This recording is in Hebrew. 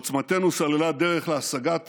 עוצמתנו סללה דרך להשגת